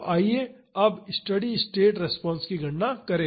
तो आइए अब स्टेडी स्टेट रिस्पांस की गणना करें